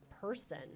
person